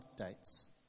updates